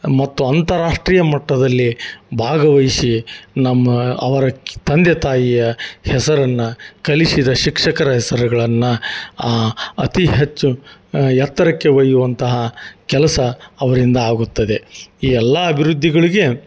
ಮತ್ತು ಅಂತರಾಷ್ಟ್ರೀಯ ಮಟ್ಟದಲ್ಲಿ ಭಾಗವಹಿಸಿ ನಮ್ಮ ಅವರ ತಂದೆ ತಾಯಿಯ ಹೆಸರನ್ನು ಕಲಿಸಿದ ಶಿಕ್ಷಕರ ಹೆಸರುಗಳನ್ನ ಅತಿ ಹೆಚ್ಚು ಎತ್ತರಕ್ಕೆ ವಯ್ಯುವಂತಹ ಕೆಲಸ ಅವರಿಂದ ಆಗುತ್ತದೆ ಈ ಎಲ್ಲಾ ಅಭಿವೃದ್ಧಿಗಳಿಗೆ